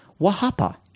Wahapa